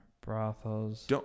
brothels